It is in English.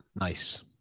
Nice